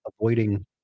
avoiding